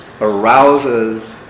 arouses